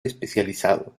especializado